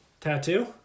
Tattoo